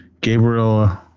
Gabriel